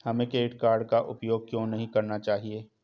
हमें credit card का उपयोग क्यों नहीं करना चाहिए?